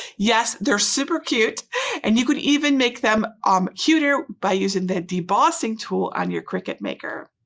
yes, they're super cute and you can even make them um cuter by using the debossing tool on your cricut maker.